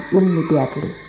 immediately